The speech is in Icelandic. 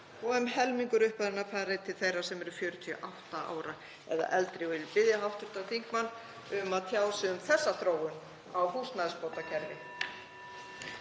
og um helmingur upphæðarinnar fari til þeirra sem eru 48 ára eða eldri. Vil ég biðja hv. þingmann um að tjá sig um þessa þróun á húsnæðisbótakerfi.